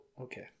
okay